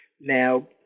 Now